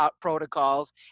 protocols